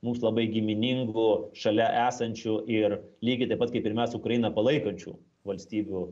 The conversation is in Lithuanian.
mums labai giminingu šalia esančių ir lygiai taip pat kaip ir mes ukrainą palaikančių valstybių